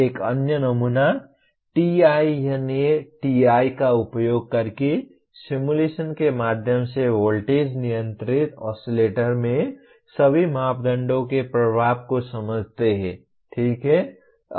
एक अन्य नमूना TINA TI का उपयोग करके सिमुलेशन के माध्यम से वोल्टेज नियंत्रित ऑसिलेटर में सभी मापदंडों के प्रभाव को समझते हैं ठीक है